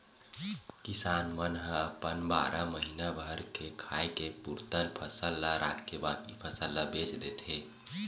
किसान मन अपन बारा महीना भर के खाए के पुरतन फसल ल राखके बाकी फसल ल बेच देथे